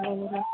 ആ ഹലൊ